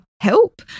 help